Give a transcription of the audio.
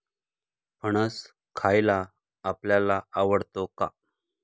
फणस खायला आपल्याला आवडतो का?